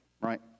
right